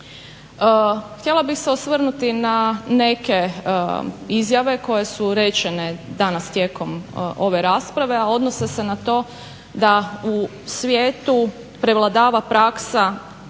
Htjela bih se osvrnuti na neke izjave koje su rečene danas tijekom ove rasprave, a odnose se na to da u svijetu prevladava praksa